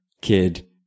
kid